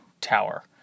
tower